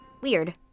weird